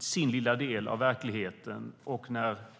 sin lilla del av verkligheten ur ett lokalt perspektiv.